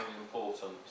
important